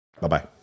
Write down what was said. Bye-bye